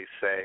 say